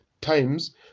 times